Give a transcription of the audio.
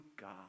God